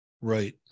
right